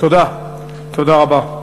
תודה רבה.